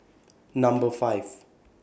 Number five